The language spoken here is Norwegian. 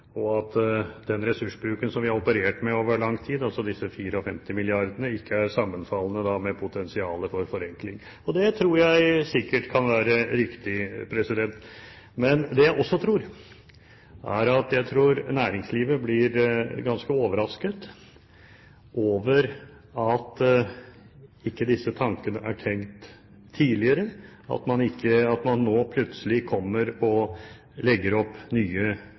og at den ressursbruken som vi har operert med over lang tid, altså disse 54 mrd. kronene, ikke er sammenfallende med potensialet for forenkling – og det tror jeg sikkert kan være riktig. Men det jeg også tror, er at næringslivet blir ganske overrasket over at disse tankene ikke er tenkt tidligere, at man nå plutselig kommer og legger opp nye